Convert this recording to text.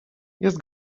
jest